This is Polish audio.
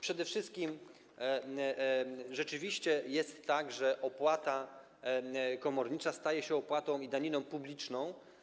Przede wszystkim rzeczywiście jest tak, że opłata komornicza staje się opłatą, daniną publiczną.